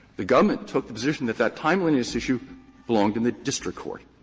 the government took the position that that timeliness issue belonged in the district court.